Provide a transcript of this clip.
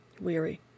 weary